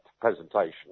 presentation